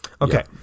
Okay